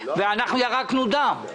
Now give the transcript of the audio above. ואנחנו ירקנו דם.